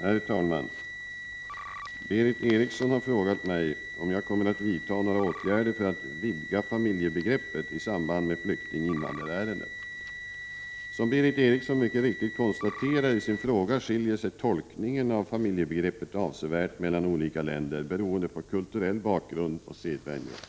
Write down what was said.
Herr talman! Berith Eriksson har frågat mig om jag kommer att vidta några åtgärder för att vidga ”familjebegreppet” i samband med flyktinginvandrarärenden. Som Berith Eriksson mycket riktigt konstaterar i sin fråga skiljer sig tolkningen av familjebegreppet avsevärt i olika länder beroende på kulturell bakgrund och sedvänjor.